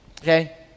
okay